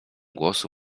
głosu